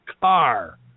car